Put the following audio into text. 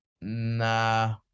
Nah